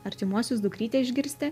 artimuosius dukrytę išgirsti